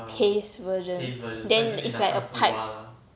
paste version then it's like a pipe